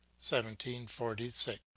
1746